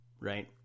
right